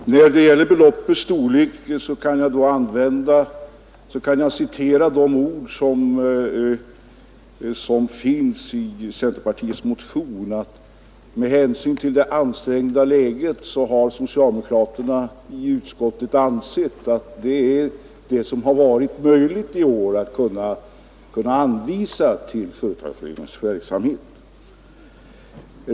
Herr talman! Beträffande beloppets storlek skulle jag kunna citera de ord som finns i centerpartiets motion. Men med hänsyn till det ansträngda budgetläget har socialdemokraterna i utskottet ansett att det föreslagna beloppet är vad det i år varit möjligt att anvisa till företagarföreningarna.